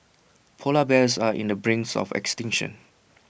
Polar Bears are in the brink of extinction